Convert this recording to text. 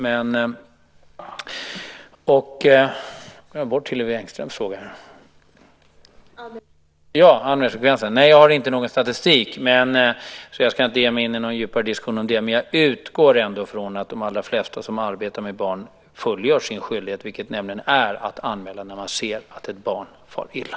Jag har inte någon statistik över anmälningsfrekvensen, så jag ska inte ge mig in i några djupa diskussioner om det. Men jag utgår från att de allra flesta som arbetar med barn fullgör sin skyldighet, vilket är att anmäla när man ser att ett barn far illa.